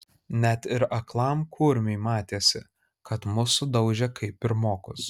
net ir aklam kurmiui matėsi kad mus sudaužė kaip pirmokus